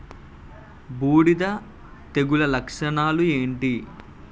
బూడిద తెగుల లక్షణాలు ఏంటి?